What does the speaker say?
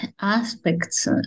aspects